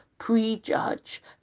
prejudge